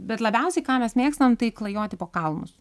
bet labiausiai ką mes mėgstam tai klajoti po kalnus